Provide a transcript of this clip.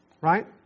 right